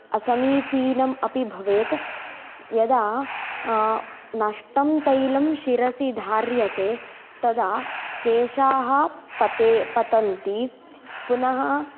असमीचीनम् अपि भवेत् यदा नष्टं तैलं शिरसि धार्यते तदा केशाः पते पतन्ति पुनः